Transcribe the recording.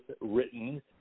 written